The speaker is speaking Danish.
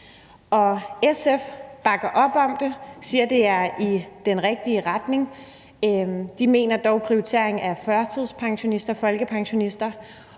SF bakker op om det og siger, at det er i den rigtige retning. De mener dog, at førtidspensionister og folkepensionister